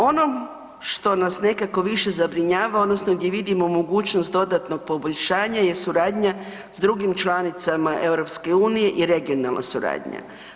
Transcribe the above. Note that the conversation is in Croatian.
Ono što nas nekako više zabrinjava odnosno gdje vidimo mogućnost dodatnog poboljšanja je suradnja s drugim članicama Europske unije je regionalna suradnja.